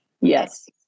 Yes